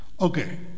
Okay